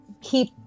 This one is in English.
keep